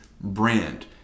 brand